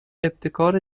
ابتکار